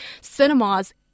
cinemas